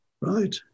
Right